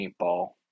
paintball